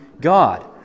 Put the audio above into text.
God